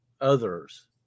others